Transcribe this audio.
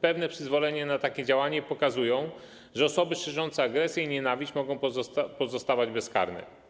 pewne przyzwolenie na takie działania i pokazuje, że osoby szerzące agresję i nienawiść mogą pozostawać bezkarne.